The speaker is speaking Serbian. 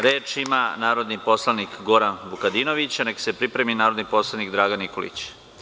Reč ima narodni poslanik Goran Vukadinović, a neka se pripremi narodni poslanik Dragan Nikolić.